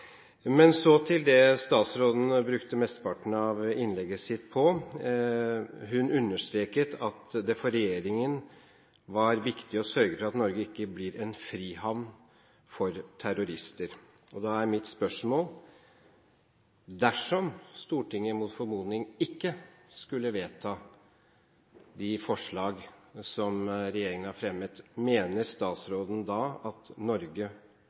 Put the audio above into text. Så til det statsråden brukte mesteparten av innlegget sitt på. Hun understreket at det for regjeringen var viktig å sørge for at Norge ikke blir en frihavn for terrorister. Da er mitt spørsmål: Dersom Stortinget mot formodning ikke skulle vedta de forslag som regjeringen har fremmet, mener statsråden da at